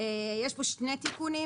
יש פה שני תיקונים.